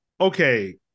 okay